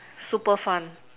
super fun